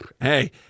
Hey